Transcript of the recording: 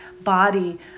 body